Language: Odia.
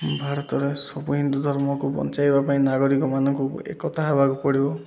ଭାରତରେ ସବୁ ହିନ୍ଦୁ ଧର୍ମକୁ ବଞ୍ଚାଇବା ପାଇଁ ନାଗରିକମାନଙ୍କୁ ଏକତା ହବାକୁ ପଡ଼ିବ